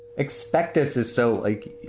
expect us is so, like,